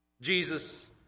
Jesus